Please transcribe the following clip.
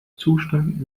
zustand